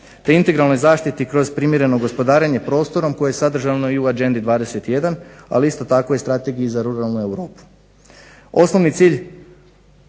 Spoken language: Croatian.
pri integralnoj zaštiti kroz primjereno gospodarenje prostorom koje je sadržano i u Agenda 21, ali isto tako i Strategiji za ruralnu Europu. Osnovni cilj